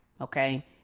Okay